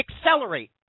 accelerate